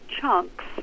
chunks